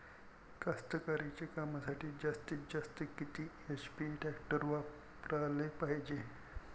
कास्तकारीच्या कामासाठी जास्तीत जास्त किती एच.पी टॅक्टर वापराले पायजे?